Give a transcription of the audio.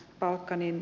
balkanin